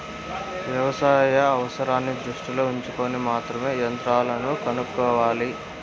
వ్యవసాయ అవసరాన్ని దృష్టిలో ఉంచుకొని మాత్రమే యంత్రాలను కొనుక్కోవాలి